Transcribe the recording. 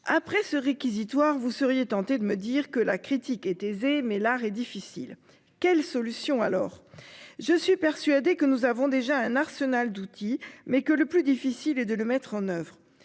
Après ce réquisitoire, vous seriez tenté de me dire que la critique est aisée mais l'art est difficile. Quelle solution, alors je suis persuadé que nous avons déjà un arsenal d'outils mais que le plus difficile est de le mettre en oeuvre